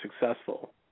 successful